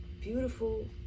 beautiful